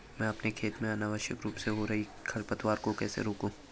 मैं अपने खेत में अनावश्यक रूप से हो रहे खरपतवार को कैसे रोकूं?